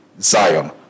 Zion